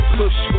push